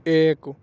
ایک